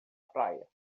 praia